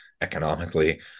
economically